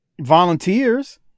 volunteers